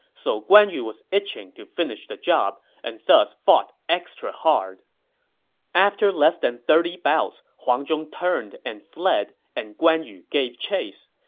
so guan yu was itching to finish the job and thus fought extra hard after less than thirty bouts, huang zhong turned and fled, and guan yu gave chase.